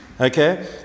Okay